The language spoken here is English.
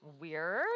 Weird